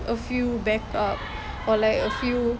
a few back up or like a few